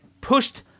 pushed